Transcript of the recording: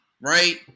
right